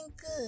good